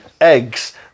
eggs